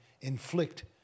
inflict